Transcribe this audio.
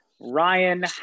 Ryan